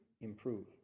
improve